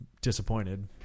disappointed